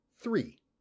Three